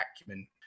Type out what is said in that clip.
acumen